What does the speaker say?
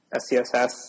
SCSS